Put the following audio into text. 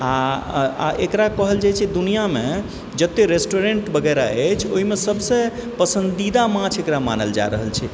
आ आ एकरा कहल जाइत छै दुनिआँमे जतेक रेस्टूरेंट वगैरह अछि ओहिमे सभसँ पसन्दीदा माछ एकरा मानल जा रहल छै